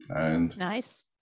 Nice